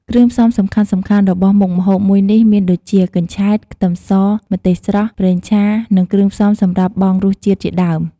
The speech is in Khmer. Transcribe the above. គ្រឿងផ្សំសំខាន់ៗរបស់មុខម្ហូបមួយនេះមានដូចជា កញ្ឆែត ខ្ទឹមស ម្ទេសស្រស់ ប្រេងឆា និងគ្រឿងផ្សំសម្រាប់បង់រសជាតិជាដើម។